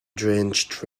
drenched